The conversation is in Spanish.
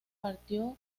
partió